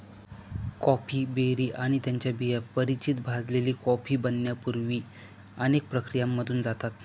coffee berry आणि त्यांच्या बिया परिचित भाजलेली कॉफी बनण्यापूर्वी अनेक प्रक्रियांमधून जातात